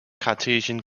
cartesian